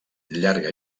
llarga